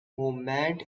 movement